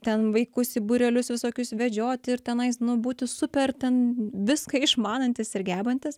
ten vaikus į būrelius visokius vedžioti ir tenais būti super ten viską išmanantys ir gebantys